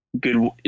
good